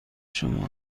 شما